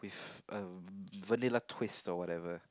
with a vanilla twist or whatever